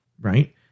right